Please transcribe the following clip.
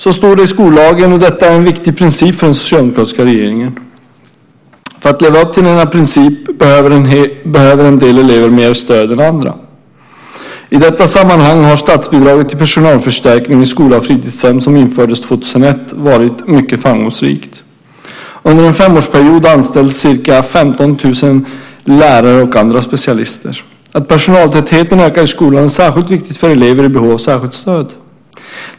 Så står det i skollagen, och detta är en viktig princip för den socialdemokratiska regeringen. För att leva upp till denna princip behöver en del elever mer stöd än andra. I detta sammanhang har statsbidraget till personalförstärkning i skola och fritidshem som infördes 2001 varit mycket framgångsrikt. Under en femårsperiod anställs ca 15 000 lärare och andra specialister. Att personaltätheten ökar i skolan är särskilt viktigt för elever i behov av särskilt stöd.